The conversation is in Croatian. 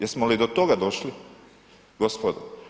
Jesmo li do toga došli gospodo?